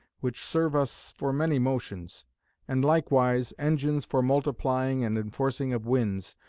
which serve us for many motions and likewise engines for multiplying and enforcing of winds,